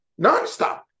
nonstop